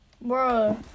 bro